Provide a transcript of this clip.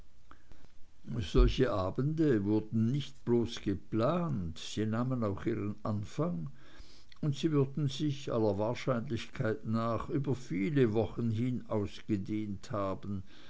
solche abende wurden nicht bloß geplant sie nahmen auch ihren anfang und sie würden sich aller wahrscheinlichkeit nach über viele wochen hin ausgedehnt haben